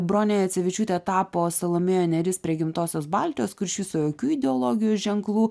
bronė jacevičiūtė tapo salomėja nėris prie gimtosios baltijos kur iš viso jokių ideologijos ženklų